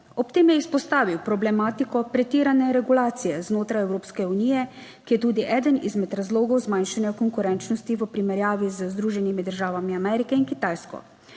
Ob tem je izpostavil problematiko pretirane regulacije znotraj Evropske unije, ki je tudi eden izmed razlogov zmanjšanja konkurenčnosti v primerjavi z Združenimi državami Amerike in Kitajsko.